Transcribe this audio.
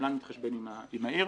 והקבלן מתחשבן עם העיר.